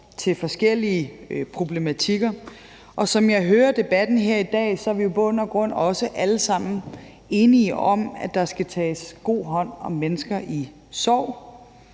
til forskellige problematikker. Som jeg hører debatten her i dag, er vi i bund og grund alle sammen enige om, at der skal tages god hånd om mennesker i sorg.